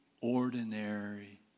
ordinary